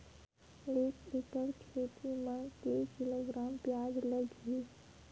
एक एकड़ खेती म के किलोग्राम प्याज लग ही?